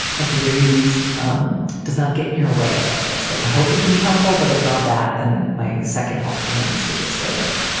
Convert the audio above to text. at the very least um does not get in your way about this. i like hope he can be helpful, but if not that, then my second hope for him is to just say, like,